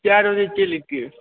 चारि बजे चलि एतिए